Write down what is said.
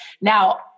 Now